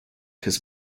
his